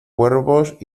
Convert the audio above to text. cuervos